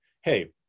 Hey